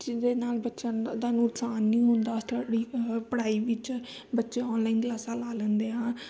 ਜਿਹਦੇ ਨਾਲ ਬੱਚਿਆਂ ਦਾ ਨੁਕਸਾਨ ਨਹੀਂ ਹੁੰਦਾ ਸਟੱਡੀ ਪੜ੍ਹਾਈ ਵਿੱਚ ਬੱਚੇ ਔਨਲਾਈਨ ਕਲਾਸਾਂ ਲਾ ਲੈਂਦੇ ਆ